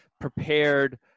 prepared